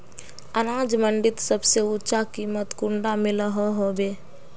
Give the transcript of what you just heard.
अनाज मंडीत सबसे ऊँचा कीमत कुंडा मिलोहो होबे?